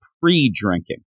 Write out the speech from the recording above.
pre-drinking